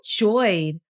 enjoyed